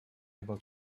able